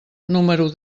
número